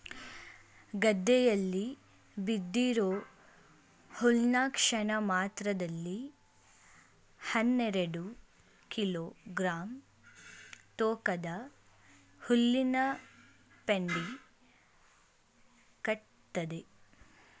ಗದ್ದೆಯಲ್ಲಿ ಬಿದ್ದಿರೋ ಹುಲ್ನ ಕ್ಷಣಮಾತ್ರದಲ್ಲಿ ಹನ್ನೆರೆಡು ಕಿಲೋ ಗ್ರಾಂ ತೂಕದ ಹುಲ್ಲಿನಪೆಂಡಿ ಕಟ್ತದೆ